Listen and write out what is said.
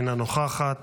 אינה נוכחת,